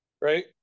right